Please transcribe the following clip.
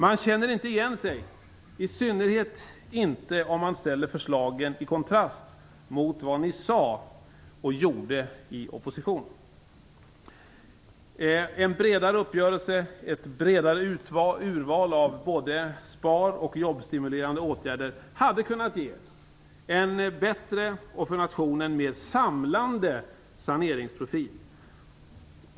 Man känner inte igen sig, i synnerhet inte om man ställer förslagen i kontrast mot vad ni sade och gjorde i opposition. En bredare uppgörelse, ett bredare urval av både spar och jobbstimulerande åtgärder hade kunnat ge en bättre och för nationen mer samlande saneringsprofil.